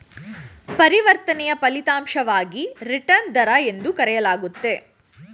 ಪರಿವರ್ತನೆಯ ಫಲಿತಾಂಶವನ್ನು ರಿಟರ್ನ್ ದರ ಎಂದು ಕರೆಯಲಾಗುತ್ತೆ